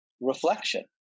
reflection